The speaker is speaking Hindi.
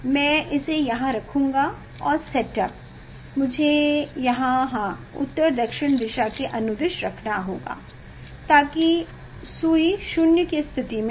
मैं इसे यहां रखूंगा और सेटअप मुझे हां उत्तर दक्षिण दिशा के अनुदिश रखना होगा ताकि सुई 0 की स्थिति में हो